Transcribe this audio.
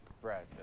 Brad